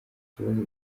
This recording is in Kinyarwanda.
kibazo